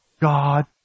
God